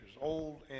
old